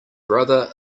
brother